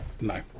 No